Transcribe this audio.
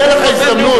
תהיה לך הזדמנות,